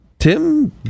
Tim